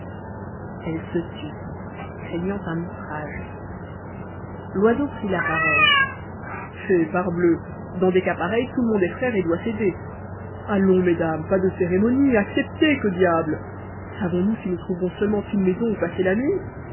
elle se tut craignant un outrage loiseau prit la parole eh parbleu dans des cas pareils tout le monde est frère et doit s'aider allons mesdames pas de cérémonie acceptez que diable savons-nous si nous trouverons seulement une maison où passer la nuit